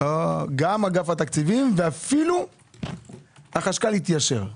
ואפילו החשכ"ל התיישר.